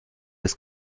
des